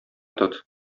тот